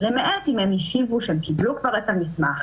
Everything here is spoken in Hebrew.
למעט אם הם השיבו שהם קיבלו כבר את המסמך,